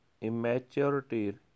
immaturity